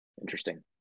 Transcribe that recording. Interesting